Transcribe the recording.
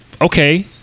okay